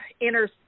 inner –